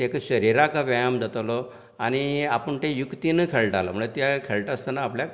तेका शरिराक व्यायाम जातलो आनी आपूण ते युक्तिनय खेळटालो म्हळ्यार त्ये खेळटा आसतना आपल्याक